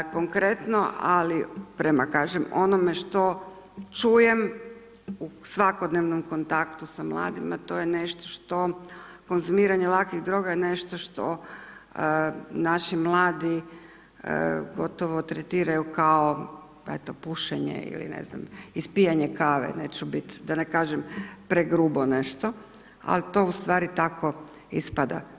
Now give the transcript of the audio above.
A konkretno, ali prema kažem onome što čujem u svakodnevnom kontaktu sa mladima, to je nešto što, konzumiranje lakih droga je nešto što naši mladi gotovo tretiraju kao eto pušenje ili ne znam ispijanje kave, neću biti, da ne kažem pregrubo nešto ali to ustvari tako ispada.